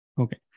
okay